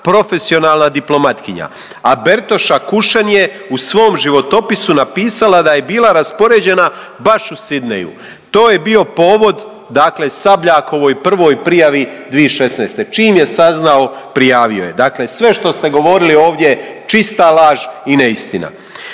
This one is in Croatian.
profesionalna diplomatkinja, a Bertoša Kušen je u svom životopisu napisala da je bila raspoređena baš u Sydneyu to je bio povod dakle Sabljakovoj prvoj prijavi 2016., čim je saznao prijavo je. Dakle, sve što ste govorili ovdje čista laž i neistina.